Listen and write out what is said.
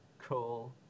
cool